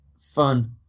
fun